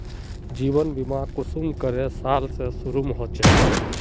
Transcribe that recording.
जीवन बीमा कुंसम करे साल से शुरू होचए?